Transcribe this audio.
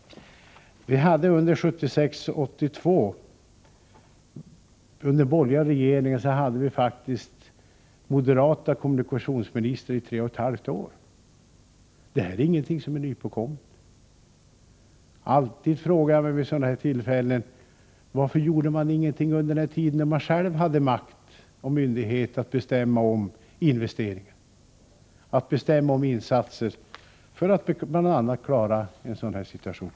Vi hade mellan 1976 och 1982, under de borgerliga regeringarna, faktiskt moderata kommunikationsministrar i tre och ett halvt år. Detta är inget man kommit på nu. Alltid frågar vi vid sådana här tillfällen: Varför gjorde moderaterna ingenting under den tid de själva hade makt och myndighet att bestämma om investeringar, att bestämma om insatser för att bl.a. klara en sådan här situation?